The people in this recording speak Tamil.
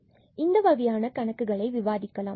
எனவே இந்தக் வகையான கணக்கை விவாதிக்கலாம்